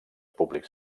públics